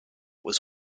was